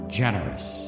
generous